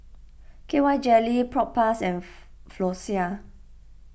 K Y Jelly Propass and Floxia